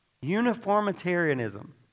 Uniformitarianism